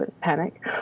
panic